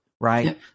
right